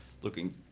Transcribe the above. looking